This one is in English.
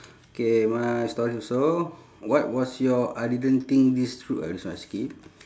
K my stories also what was your I didn't think this through uh this one I skip